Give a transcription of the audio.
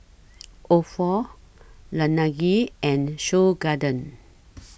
Ofo Laneige and Seoul Garden